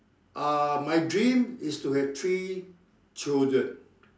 uh my dream is to have three children